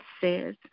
says